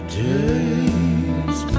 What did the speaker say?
day's